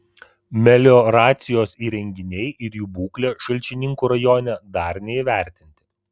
melioracijos įrenginiai ir jų būklė šalčininkų rajone dar neįvertinti